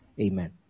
Amen